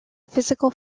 physical